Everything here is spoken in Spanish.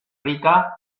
rica